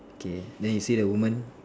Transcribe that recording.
okay then you see the woman